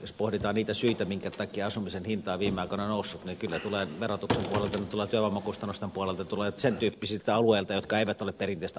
jos pohditaan niitä syitä minkä takia asumisen hinta on viime aikoina noussut niin kyllä niitä tulee verotuksen puolelta niitä tulee työvoimakustannusten puolelta tulee sen tyyppisiltä alueilta jotka eivät ole perinteistä asuntopolitiikkaa